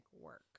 work